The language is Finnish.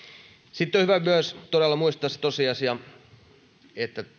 sitten on hyvä muistaa myös se tosiasia että